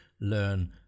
learn